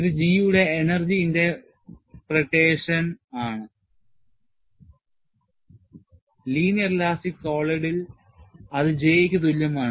ഇത് G യുടെ energy interpretation ആണ് linear elastic solid ഇൽ അത് J ക്ക് തുല്യമാണ്